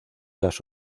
las